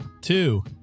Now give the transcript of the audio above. Two